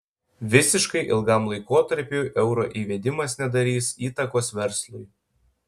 visiškai ilgam laikotarpiui euro įvedimas nedarys įtakos verslui